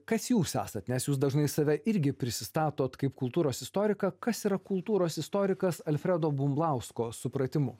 kas jūs esat nes jūs dažnai save irgi prisistatot kaip kultūros istoriką kas yra kultūros istorikas alfredo bumblausko supratimu